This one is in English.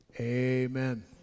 Amen